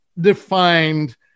defined